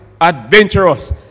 adventurous